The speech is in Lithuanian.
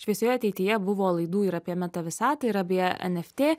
šviesioje ateityje buvo laidų ir apie meta visatą yra apie nft